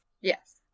Yes